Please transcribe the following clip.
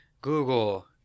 Google